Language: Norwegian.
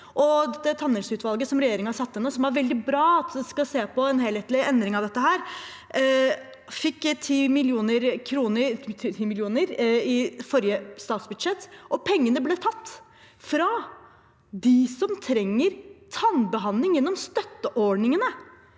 ned – og det er veldig bra at de skal se på en helhetlig endring av dette – fikk 10 mill. kr i forrige statsbudsjett, og pengene ble tatt fra dem som trenger tannbehandling gjennom støtteordningene.